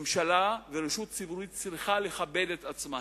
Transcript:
ממשלה ורשות ציבורית צריכה לכבד את עצמה,